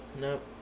Nope